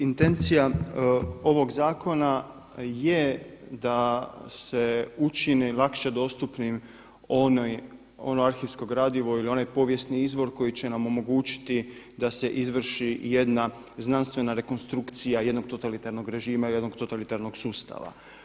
Intencija ovog zakona je da se učini lakše dostupnim ono arhivsko gradivo ili onaj povijesni izvor koji će nam omogućiti da se izvrši jedna znanstvena rekonstrukcija jednog totalitarnog režima, jednog totalitarnog sustava.